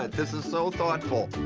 this is so thoughtful.